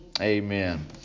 Amen